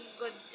good